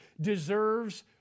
deserves